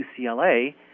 UCLA